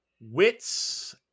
wits